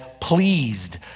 pleased